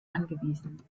angewiesen